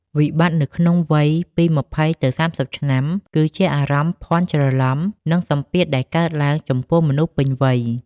វិបត្តិនៅក្នុងវ័យពី ២០ ទៅ ៣០ ឆ្នាំ គឺជាអារម្មណ៍ភាន់ច្រឡំ និងសម្ពាធដែលកើតឡើងចំពោះមនុស្សពេញវ័យ។